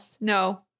no